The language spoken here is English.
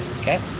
Okay